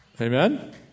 Amen